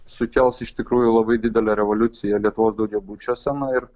sukels iš tikrųjų labai didelę revoliuciją lietuvos daugiabučiuose na ir